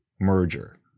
merger